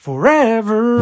Forever